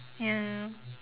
ya